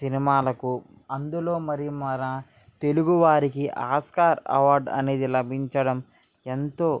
సినిమాలకు అందులో మరీ మన తెలుగు వారికి ఆస్కార్ అవార్డ్ అనేది లభించడం ఎంతో